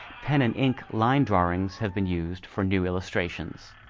pen and ink line drawings have been used for new illustrations.